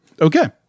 Okay